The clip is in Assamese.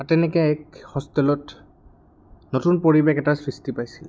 আৰু তেনেকৈ এক হোষ্টেলত নতুন পৰিৱেশ এটা সৃষ্টি পাইছিলহি